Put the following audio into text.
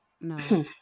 No